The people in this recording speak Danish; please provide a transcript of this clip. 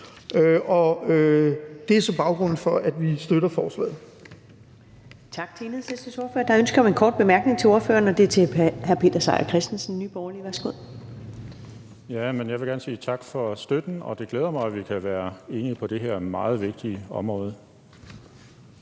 Det er så baggrunden for, at vi støtter forslaget.